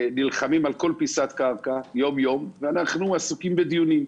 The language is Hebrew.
נלחמים על כל פיסת קרקע יום יום ואנחנו עסוקים בדיונים,